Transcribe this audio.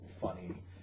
funny